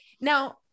now